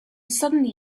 suddenly